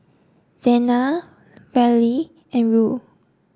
Zena Verlie and Ruel